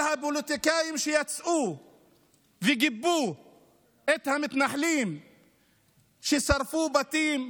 כל הפוליטיקאים שיצאו וגיבו את המתנחלים ששרפו בתים,